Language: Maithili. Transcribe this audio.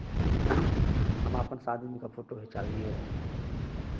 हम अपन शादीमे के फोटो घिचलियै रहए